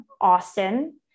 Austin